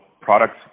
products